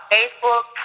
Facebook